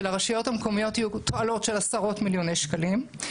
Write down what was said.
שלרשויות המקומיות יהיו תועלות של עשרות מיליוני שקלים.